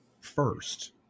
first